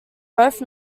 both